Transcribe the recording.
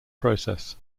process